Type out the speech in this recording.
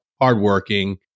hardworking